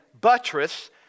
buttress